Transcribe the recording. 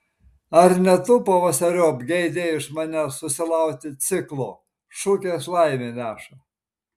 ar ne tu pavasariop geidei iš manęs susilaukti ciklo šukės laimę neša